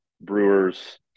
Brewers